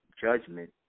judgment